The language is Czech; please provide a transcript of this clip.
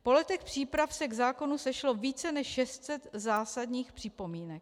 Po letech příprav se k zákonu sešlo více než 600 zásadních připomínek.